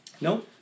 no